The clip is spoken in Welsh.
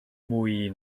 mwy